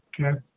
Okay